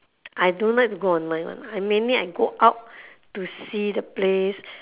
I don't like to go online one I mainly I go out to see the place